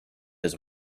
his